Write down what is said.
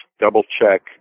double-check